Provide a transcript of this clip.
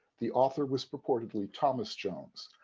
the author was purportedly thomas jones,